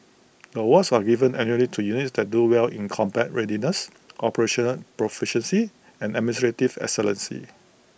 the awards are given annually to units that do well in combat readiness operational proficiency and administrative excellence